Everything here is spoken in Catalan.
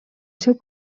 seu